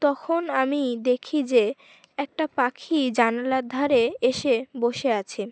তখন আমি দেখি যে একটা পাখি জানালার ধারে এসে বসে আছে